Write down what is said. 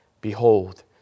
Behold